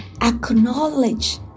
Acknowledge